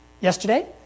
yesterday